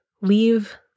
leave